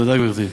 תודה, גברתי.